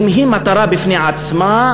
אם היא מטרה בפני עצמה,